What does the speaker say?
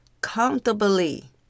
comfortably